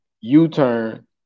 U-Turn